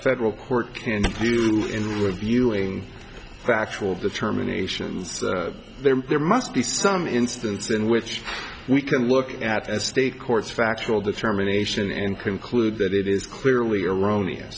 federal court can do in reviewing factual determination there must be some instance in which we can look at state courts factual determination and conclude that it is clearly erroneous